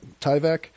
Tyvek